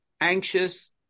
anxious